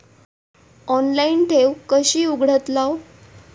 Online ठेव कशी उघडतलाव?